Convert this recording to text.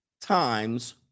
times